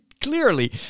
clearly